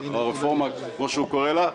הרפורמה כפי שהוא קורא לה,